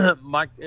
Mike